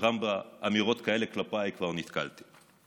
וגם באמירות כאלה כלפיי כבר נתקלתי.